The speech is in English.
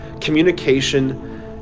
communication